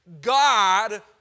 God